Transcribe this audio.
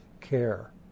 care